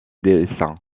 dessins